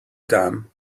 dam